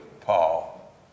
Paul